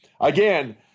Again